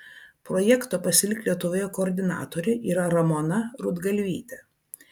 projekto pasilik lietuvoje koordinatorė yra ramona rudgalvytė